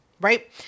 right